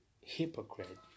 hypocrite